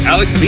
Alex